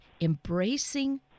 Embracing